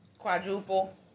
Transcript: Quadruple